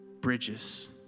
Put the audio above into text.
bridges